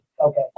Okay